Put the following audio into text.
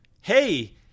hey